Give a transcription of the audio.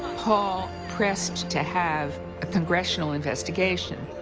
paul pressed to have a congressional investigation.